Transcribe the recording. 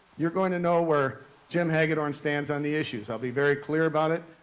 you're going to know where jim hagedorn stands on the issues. i'll be very clear about it,